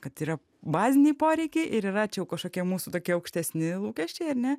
kad yra baziniai poreikiai ir yra čia jau kažkokie mūsų tokie aukštesni lūkesčiai ar ne